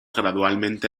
gradualmente